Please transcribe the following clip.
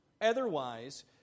Otherwise